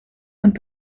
und